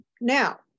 now